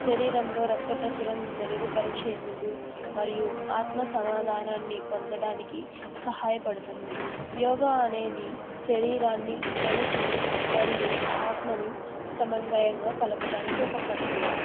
శరీరంలో రక్త ప్రసరణ్ మెరుగుపరిచేందుకు మరియు ఆత్మ సమాధానాన్ని పొందడానికి సహాయపడుతుంది యోగా అనేది శరీరాన్ని మనసుని మరియు ఆత్మను సమన్వయంగా కలపటానికి ఒక ప్రక్రియ